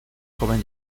joven